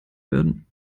werden